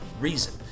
reason